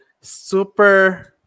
super